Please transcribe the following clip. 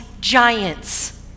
giants